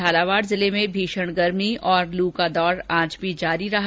झालावाड़ जिले में भीषण गर्मी और लू का दौर आज भी जारी रहा